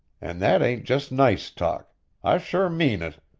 and that ain't just nice talk i sure mean it!